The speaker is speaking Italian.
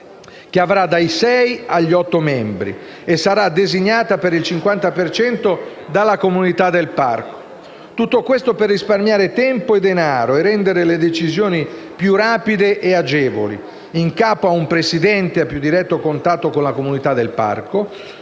che avrà dai sei agli otto membri e sarà designato per il 50 per cento dalla comunità del parco. Tutto questo per risparmiare tempo e denaro, e rendere le decisioni più rapide e agevoli in capo a un presidente a più diretto contatto con la comunità del parco,